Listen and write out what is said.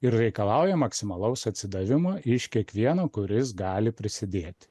ir reikalauja maksimalaus atsidavimo iš kiekvieno kuris gali prisidėti